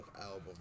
album